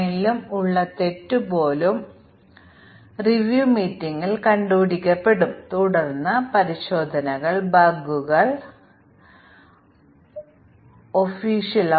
ഞങ്ങളുടെ ടെസ്റ്റ് കേസുകൾ വിജയിക്കുകയാണെങ്കിൽ മ്യൂട്ടന്റ് ജീവിച്ചിരിപ്പുണ്ടെന്നും ഞങ്ങളുടെ ടെസ്റ്റ് കേസുകൾ അത് പിടിക്കാൻ പര്യാപ്തമല്ലെന്നും ഞങ്ങൾ പറയുന്നു